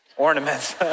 Ornaments